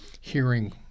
hearing